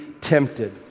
tempted